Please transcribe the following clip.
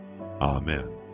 Amen